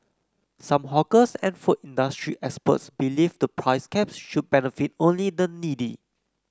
some hawkers and food industry experts believe the price caps should benefit only the needy